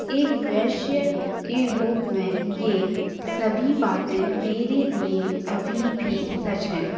एक वैश्य के रूप में ये सभी बातें मेरे लिए अभी भी सच हैं